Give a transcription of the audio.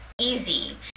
easy